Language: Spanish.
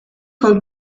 hong